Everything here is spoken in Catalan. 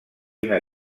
una